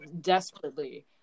desperately